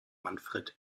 manfred